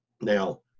Now